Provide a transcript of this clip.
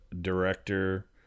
director